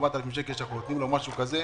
ה-4,000 שקל שאנחנו נותנים לו, משהו כזה,